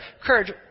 courage